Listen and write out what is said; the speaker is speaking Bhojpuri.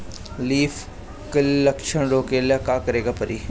लीफ क्ल लक्षण रोकेला का करे के परी?